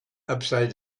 upside